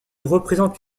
représente